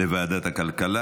לוועדת הכלכלה.